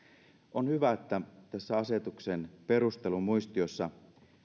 on hyvä että tässä asetuksen perustelumuistiossa